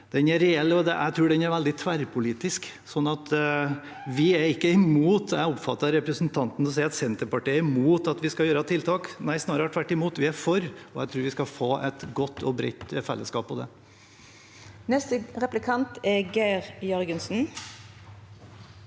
Den er reell, og jeg tror den er veldig tverrpolitisk. Vi er ikke imot. Jeg oppfatter at representanten sier Senterpartiet er imot at vi skal gjøre tiltak – nei, snarere tvert imot. Vi er for, og jeg tror vi skal få et godt og bredt fellesskap om det. Geir Jørgensen